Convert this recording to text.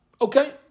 Okay